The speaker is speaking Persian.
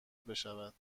بشود